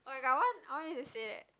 okay that one I want you to say